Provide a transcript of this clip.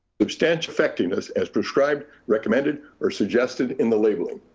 substantial effectiveness as prescribed recommended or suggested in the labeling.